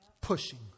pushing